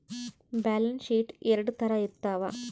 balance sheet ಎರಡ್ ತರ ಇರ್ತವ